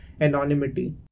anonymity